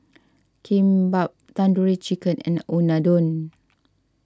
Kimbap Tandoori Chicken and Unadon